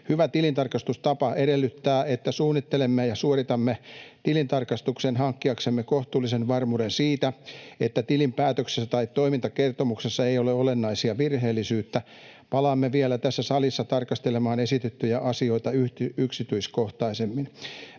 Hyvä tilintarkastustapa edellyttää, että suunnittelemme ja suoritamme tilintarkastuksen hankkiaksemme kohtuullisen varmuuden siitä, että tilinpäätöksessä tai toimintakertomuksessa ei ole olennaista virheellisyyttä. Palaamme vielä tässä salissa tarkastelemaan esitettyjä asioita yksityiskohtaisemmin.